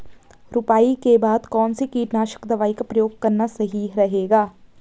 रुपाई के बाद कौन सी कीटनाशक दवाई का प्रयोग करना सही रहेगा?